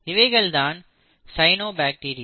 இவைகள்தான் சயனோபாக்டீரியா